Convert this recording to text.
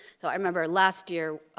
so i remember last year,